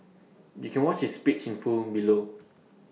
you can watch his speech in full below